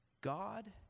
God